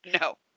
No